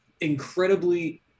incredibly